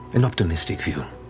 an optimistic view.